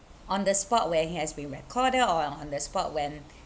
on the spot where he has been recorded or on the spot when